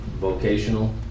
vocational